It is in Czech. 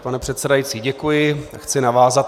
Pane předsedající, děkuji, chci navázat.